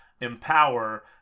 empower